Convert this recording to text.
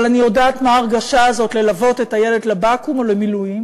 אבל אני יודעת מה ההרגשה הזאת ללוות את הילד לבקו"ם או למילואים